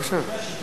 יש לי בקשה אישית.